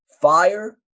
fire